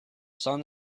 sun